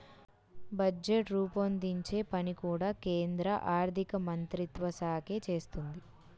budget రూపొందించే పని కూడా కేంద్ర ఆర్ధికమంత్రిత్వ శాఖే చేస్తుంది